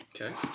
Okay